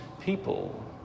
people